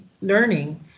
learning